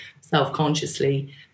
self-consciously